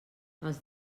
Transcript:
els